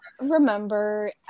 remember